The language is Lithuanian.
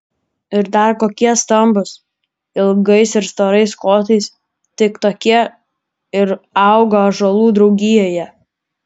ir dar kokie stambūs ilgais ir storais kotais tik tokie ir auga ąžuolų draugijoje